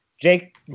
Jake